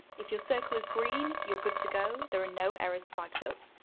if your circle is green, you're good to go, there are no errors flagged up.